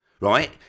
right